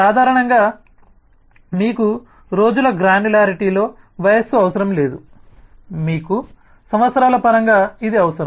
సాధారణంగా మీకు రోజుల గ్రాన్యులారిటీలో వయస్సు అవసరం లేదు మీకు సంవత్సరాల పరంగా ఇది అవసరం